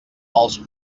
els